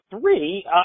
three